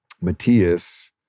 Matthias